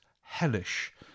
hellish